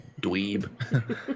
dweeb